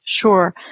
Sure